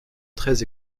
très